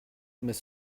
mais